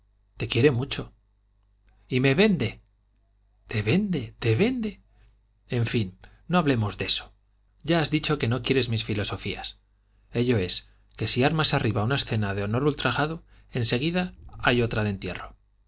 te quiere mucho y me vende te vende te vende en fin no hablemos de eso ya has dicho que no quieres mis filosofías ello es que si armas arriba una escena de honor ultrajado en seguida hay otra de entierro